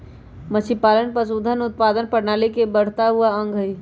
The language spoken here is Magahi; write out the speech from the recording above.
मछलीपालन पशुधन उत्पादन प्रणाली के बढ़ता हुआ अंग हई